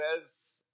says